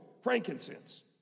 frankincense